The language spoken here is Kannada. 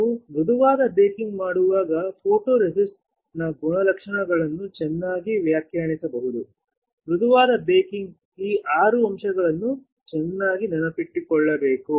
ನಾವು ಮೃದುವಾದ ಬೇಕಿಂಗ್ ಮಾಡುವಾಗ ಫೋಟೊರೆಸಿಸ್ಟ್ನ ಗುಣಲಕ್ಷಣಗಳನ್ನು ಚೆನ್ನಾಗಿ ವ್ಯಾಖ್ಯಾನಿಸಬಹುದು ಮೃದುವಾದ ಬೇಕಿಂಗ್ಗಾಗಿ ಈ 6 ಅಂಶಗಳನ್ನು ಚೆನ್ನಾಗಿ ನೆನಪಿನಲ್ಲಿಟ್ಟುಕೊಳ್ಳಬೇಕು